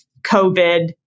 COVID